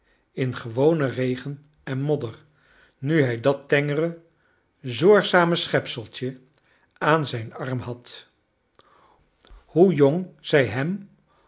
in gewonen regen en modder nu hij dat tengere zorgzame schepseltje aan zijn arm had hoe jong zij hem